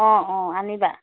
অঁ অঁ আনিবা